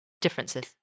differences